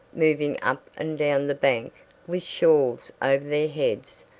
moving up and down the bank with shawls over their heads,